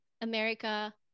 America